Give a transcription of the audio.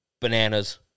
bananas